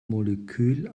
molekül